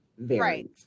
Right